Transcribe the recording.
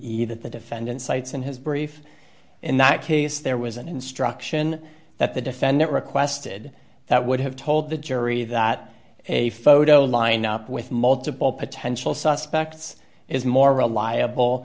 that the defendant cites in his brief in that case there was an instruction that the defendant requested that would have told the jury that a photo lineup with multiple potential suspects is more reliable